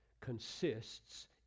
consists